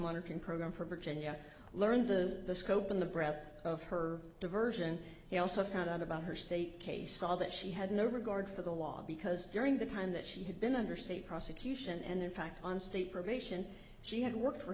wunderkind program for virginia learned of the scope and the breadth of her diversion he also found out about her state case saw that she had no regard for the law because during the time that she had been under state prosecution and in fact on state probation she had worked for